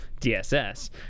DSS